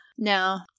Now